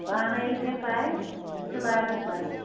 پانَے یے چھےٚ پےَ یتھ چھِ لاگَتھ لَگان